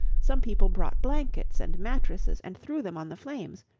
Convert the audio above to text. some people brought blankets and mattresses and threw them on the flames,